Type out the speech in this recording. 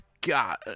god